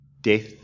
Death